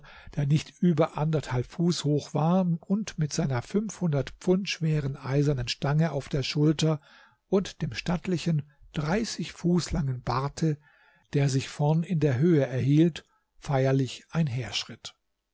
der nicht über anderthalb fuß hoch war und mit seiner fünfhundert pfund schweren eisernen stange auf der schulter und dem stattlichen dreißig fuß langen barte der sich vorn in der höhe erhielt feierlich